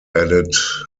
added